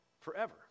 forever